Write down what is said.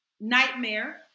nightmare